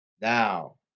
Now